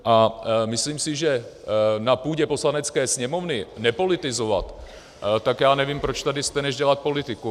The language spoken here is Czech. A myslím si, že na půdě Poslanecké sněmovny nepolitizovat, tak já nevím, proč tady jste, než dělat politiku.